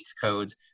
codes